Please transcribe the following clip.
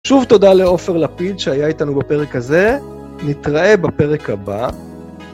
שוב תודה לעופר לפיד שהיה איתנו בפרק הזה, נתראה בפרק הבא.